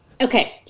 Okay